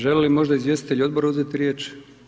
Želi li možda izvjestitelj odbora uzeti riječ?